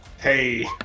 Hey